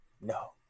No